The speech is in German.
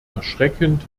erschreckend